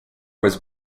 was